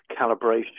calibration